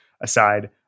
aside